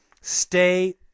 Stay